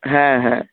হ্যাঁ হ্যাঁ